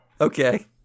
Okay